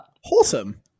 Wholesome